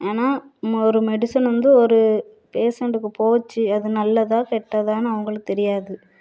ஏன்னா ஒரு மெடிசன் வந்து ஒரு பேஷன்ட்டுக்கு போச்சு அது நல்லதா கெட்டதான்னு அவங்களுக்கு தெரியாது